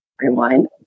rewind